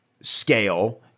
scale